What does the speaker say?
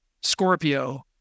Scorpio